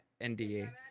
NDA